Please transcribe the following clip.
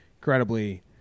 incredibly